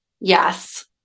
yes